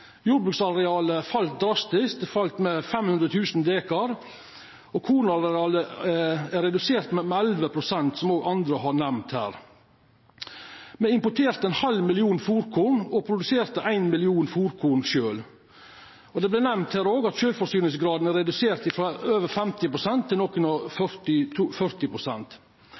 Jordbruksarealet fall drastisk – det fall med 500 000 dekar. Kornarealet er redusert med 11 pst., som òg andre har nemnt her. Me importerte ein halv million tonn fôrkorn og produserte ein million tonn fôrkorn sjølv. Det vart nemnd her òg at sjølvforsyningsgraden er redusert frå over 50 pst. til